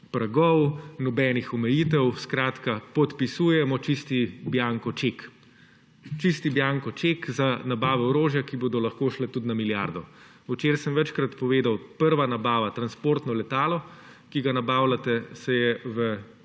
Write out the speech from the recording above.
pragov, nobenih omejitev, skratka podpisujemo čisti bianco ček. Čisti bianco ček za nabavo orožja, ki bo lahko šla tudi na milijardo. Včeraj sem večkrat povedal, prva nabava, transportno letalo, ki ga nabavljate, se je v